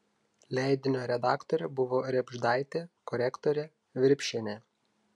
leidinio redaktorė buvo rėbždaitė korektorė virpšienė